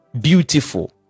beautiful